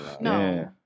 No